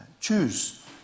choose